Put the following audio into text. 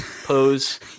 pose